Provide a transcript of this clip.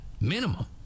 Minimum